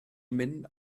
mynd